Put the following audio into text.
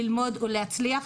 ללמוד ולהצליח.